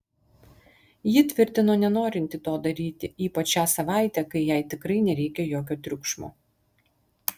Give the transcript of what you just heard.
ji tvirtino nenorinti to daryti ypač šią savaitę kai jai tikrai nereikia jokio triukšmo